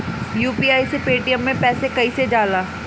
UPI से Paytm मे पैसा कइसे जाला?